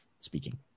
speaking